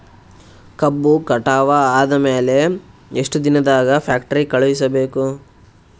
ಕಬ್ಬು ಕಟಾವ ಆದ ಮ್ಯಾಲೆ ಎಷ್ಟು ದಿನದಾಗ ಫ್ಯಾಕ್ಟರಿ ಕಳುಹಿಸಬೇಕು?